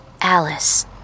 Alice